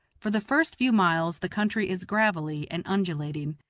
for the first few miles the country is gravelly and undulating,